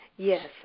Yes